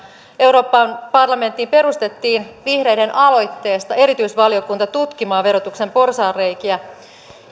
euroopan parlamenttiin perustettiin vihreiden aloitteesta erityisvaliokunta tutkimaan verotuksen porsaanreikiä